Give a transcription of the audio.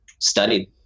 studied